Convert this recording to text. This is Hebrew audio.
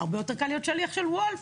הרבה יותר קל להיות שליח של וולט,